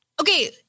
Okay